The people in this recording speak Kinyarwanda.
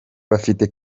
bafite